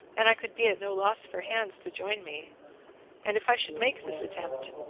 and i could be at no loss for hands to join me and if i should make this attempt,